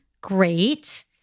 great